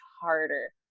harder